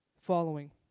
following